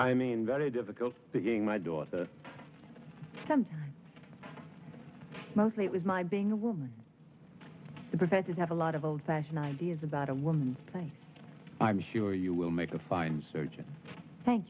i mean very difficult speaking my daughter mostly it was my being a woman the professors have a lot of old fashioned ideas about a woman's place i'm sure you will make a fine surgeon thank